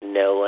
no